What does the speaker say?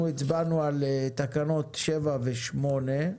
אנחנו הצבענו על תקנות 7 ו-8.